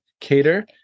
Cater